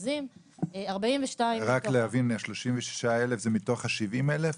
רק להבין, ה-36,000 זה מתוך ה-70,000?